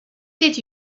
did